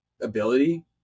ability